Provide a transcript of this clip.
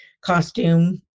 costume